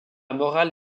morale